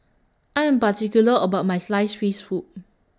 I Am particular about My Sliced Fish Soup